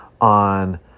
on